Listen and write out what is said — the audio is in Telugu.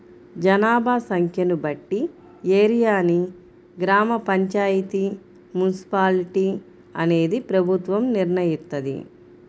జనాభా సంఖ్యను బట్టి ఏరియాని గ్రామ పంచాయితీ, మున్సిపాలిటీ అనేది ప్రభుత్వం నిర్ణయిత్తది